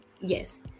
yes